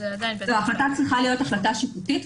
ההחלטה צריכה להיות שיפוטית.